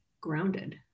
Grounded